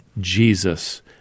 Jesus